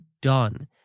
done